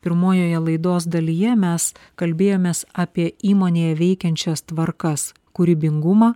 pirmojoje laidos dalyje mes kalbėjomės apie įmonėje veikiančias tvarkas kūrybingumą